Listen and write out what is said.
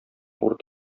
үзәк